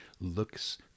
looks